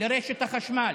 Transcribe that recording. לרשת החשמל